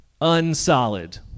unsolid